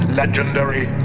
legendary